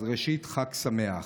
אז ראשית, חג שמח.